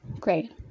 Great